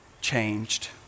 changed